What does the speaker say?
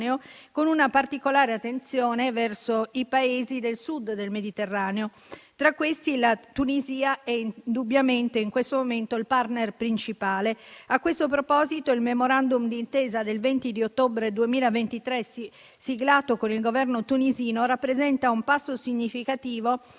con una particolare attenzione verso i Paesi del Sud del Mediterraneo. Tra questi, la Tunisia è indubbiamente in questo momento il *partner* principale. A questo proposito, il Memorandum d'intesa del 20 ottobre 2023, siglato con il Governo tunisino, rappresenta un passo significativo